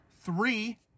three